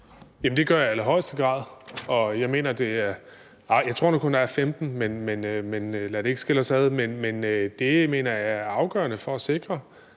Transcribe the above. det gør jeg i allerhøjeste grad. Jeg tror nu kun, at der er 15, men lad det ikke skille os ad. Men jeg mener, det er afgørende for at sikre,